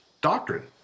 doctrine